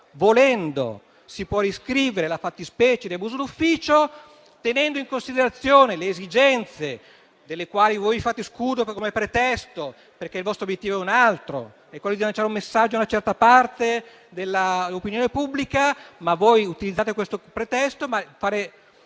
volendo, si può riscrivere la fattispecie di abuso d'ufficio tenendo in considerazione le esigenze, delle quali voi vi fate scudo come pretesto, perché il vostro obiettivo è un altro, cioè quello di lanciare un messaggio a una certa parte della opinione pubblica. Voi utilizzate il pretesto di cercare